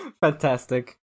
Fantastic